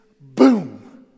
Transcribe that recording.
boom